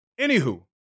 Anywho